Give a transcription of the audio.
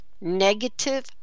negative